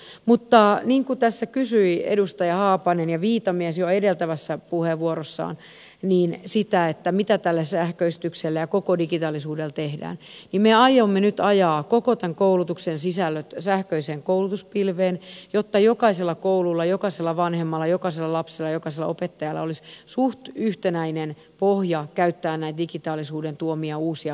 mutta niin kuin tässä kysyivät jo edustajat haapanen ja viitamies edeltävissä puheenvuoroissaan sitä mitä tällä sähköistyksellä ja koko digitaalistuksella tehdään me aiomme nyt ajaa koko tämän koulutuksen sisällöt sähköiseen koulutuspilveen jotta jokaisella koululla jokaisella vanhemmalla jokaisella lapsella ja jokaisella opettajalla olisi suht yhtenäinen pohja käyttää näitä digitaalisuuden tuomia uusia mahdollisuuksia